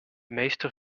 meester